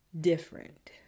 different